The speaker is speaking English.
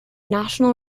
national